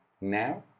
now